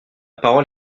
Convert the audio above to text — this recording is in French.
parole